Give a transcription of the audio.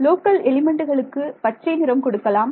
local எலிமெண்ட்டுகளுக்கு பச்சை நிறம் கொடுக்கலாம்